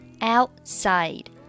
outside